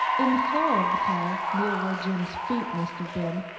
in the floor of the car, near where jim's feet must have been,